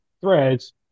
threads